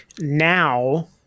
now